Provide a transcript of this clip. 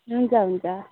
हुन्छ हुन्छ